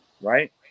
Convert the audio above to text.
right